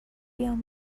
بیام